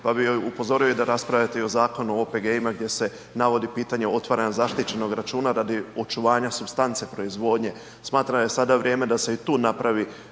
pa bi upozorio da raspravljate i o Zakonu o OPG-ima gdje se navodi pitanje otvaranja zaštićenog računa radi očuvanja supstance proizvodnje. Smatram da je sada vrijeme da se i tu napravi